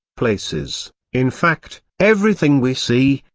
places in fact, everything we see,